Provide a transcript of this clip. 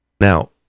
Now